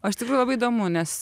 o iš tikrųjų labai įdomu nes